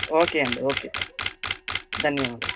okay అండి okay ధన్యవాదాలు